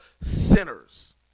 sinners